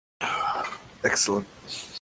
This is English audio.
Excellent